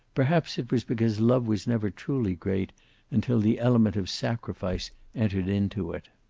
perhaps it was because love was never truly great until the element of sacrifice entered into it.